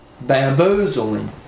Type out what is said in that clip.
Bamboozling